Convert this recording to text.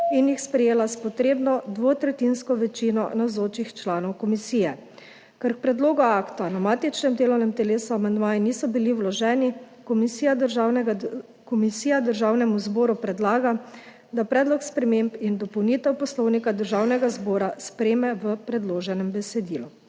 in jih sprejela s potrebno dvotretjinsko večino navzočih članov komisije. Ker k predlogu akta na matičnem delovnem telesu amandmaji niso bili vloženi, komisija Državnemu zboru predlaga, da predlog sprememb in dopolnitev Poslovnika Državnega zbora sprejme v predloženem besedilu.